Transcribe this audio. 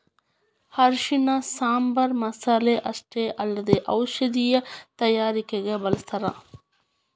ಅರಿಶಿಣನ ಸಾಂಬಾರ್ ಮಸಾಲೆ ಅಷ್ಟೇ ಅಲ್ಲದೆ ಔಷಧೇಯ ತಯಾರಿಕಗ ಬಳಸ್ಥಾರ